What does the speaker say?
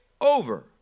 over